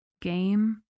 game